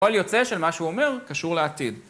קול יוצא של מה שהוא אומר, קשור לעתיד.